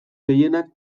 gehienak